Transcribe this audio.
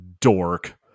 dork